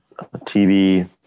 TV